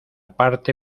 parte